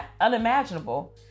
unimaginable